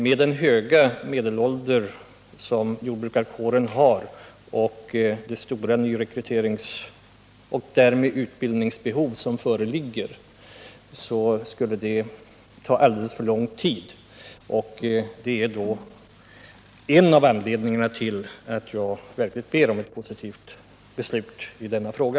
Med den höga medelålder som jordbrukarkåren har och det stora nyrekryteringsoch utbildningsbehov som föreligger skulle det vara alldeles för lång tid. Det är en av anledningarna till att jag ber om ett positivt beslut i denna fråga.